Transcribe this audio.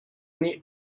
nih